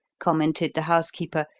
commented the housekeeper,